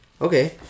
Okay